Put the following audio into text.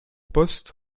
poste